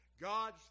God's